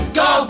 go